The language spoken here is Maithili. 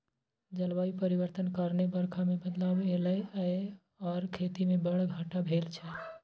जलबायु परिवर्तन कारणेँ बरखा मे बदलाव एलय यै आर खेती मे बड़ घाटा भेल छै